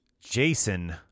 Jason